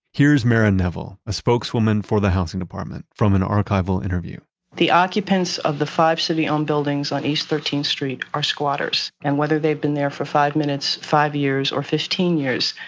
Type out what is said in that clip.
here's mara neville, a spokeswoman for the housing department from an archival interview the occupants of the five so city-owned um buildings on east thirteenth street are squatters and whether they've been there for five minutes, five years or fifteen years,